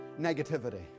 negativity